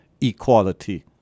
equality